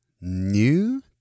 New